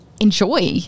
enjoy